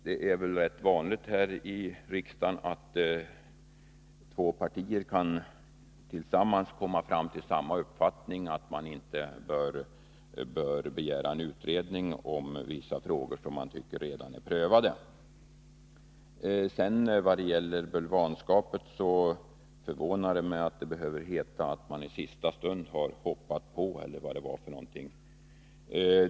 Det är väl rätt vanligt här i riksdagen att två partier tillsammans kommer fram till samma uppfattning, att man inte bör begära en utredning av vissa frågor som redan bedöms vara prövade. När det gäller bulvanskapet så förvånar det mig att det skall behöva heta att man i sista stund hoppat på eller vad det nu var som sades.